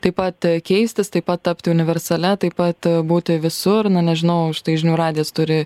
taip pat keistis taip pat tapti universalia taip pat būti visur nu nežinau tai žinių radijas turi